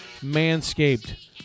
Manscaped